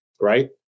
right